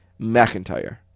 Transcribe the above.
McIntyre